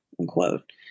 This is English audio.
unquote